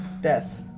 Death